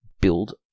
build